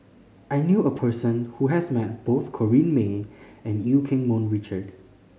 I knew a person who has met both Corrinne May and Eu Keng Mun Richard